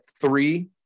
three